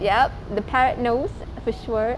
yup the parrot nose for sure